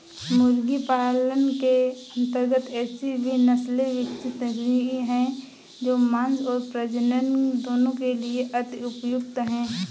मुर्गी पालन के अंतर्गत ऐसी भी नसले विकसित हुई हैं जो मांस और प्रजनन दोनों के लिए अति उपयुक्त हैं